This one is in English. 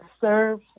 Serve